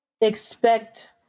expect